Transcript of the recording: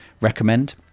recommend